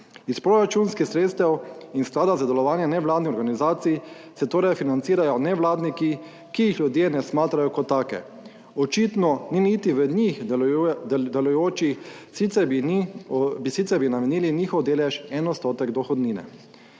iz proračunskih sredstev in sklada za delovanje nevladnih organizacij se torej financirajo nevladniki, ki jih ljudje ne smatrajo kot take. Očitno ni niti v njih delujočih, sicer bi namenili njihov delež 1 % dohodnine.